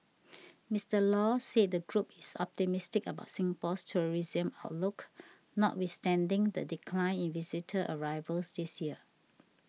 Mister Law said the group is optimistic about Singapore's tourism outlook notwithstanding the decline in visitor arrivals this year